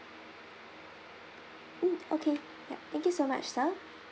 mm okay ya thank you so much sir